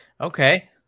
Okay